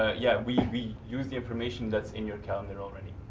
ah yeah, we use the information that's in your calendar already.